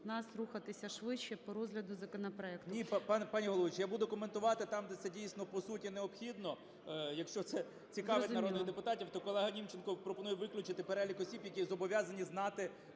нас рухатися швидше по розгляду законопроекту.